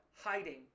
Hiding